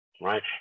right